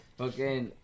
Okay